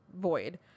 void